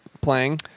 playing